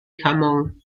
jamón